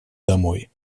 домой